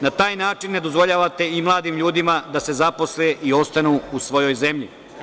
Na taj način ne dozvoljavate i mladim ljudima da se zaposle i ostanu u svojoj zemlji.